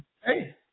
Hey